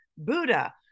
Buddha